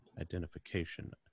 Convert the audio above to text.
identification